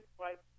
right